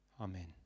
Amen